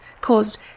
caused